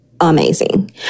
amazing